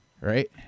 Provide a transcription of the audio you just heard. right